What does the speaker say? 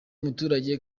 muturage